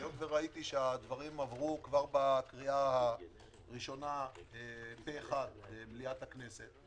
היות שראיתי שהדברים עברו כבר בקריאה הראשונה פה אחד במליאת הכנסת,